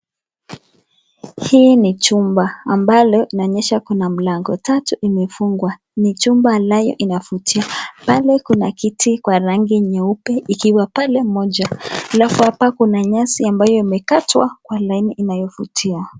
Hii ni chumba ambalo inaonyesha kuna milango mitatu imefungwa ni chumba ambaye inafutia pale kuna kiti ya rangi nyeupe ikiwa pale moja alafu hapa kuna nyasi ambayo imekatwa kwa laini inayofutia .